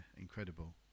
incredible